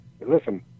listen